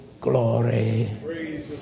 glory